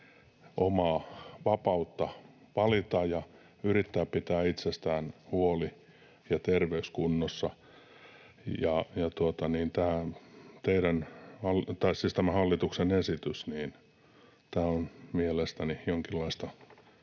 omaa vapautta valita ja yrittää pitää itsestään huoli ja terveys kunnossa. Tämä hallituksen esitys on mielestäni jonkinlaista